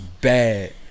Bad